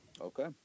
Okay